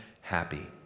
happy